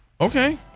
Okay